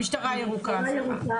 המשטרה הירוקה.